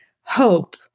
hope